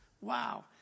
Wow